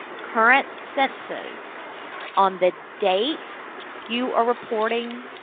current census on the date you are reporting